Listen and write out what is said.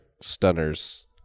stunners